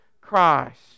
Christ